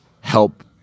help